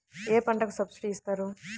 ఏ పంటకు సబ్సిడీ ఇస్తారు?